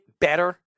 better